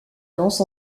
lance